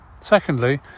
Secondly